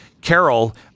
Carol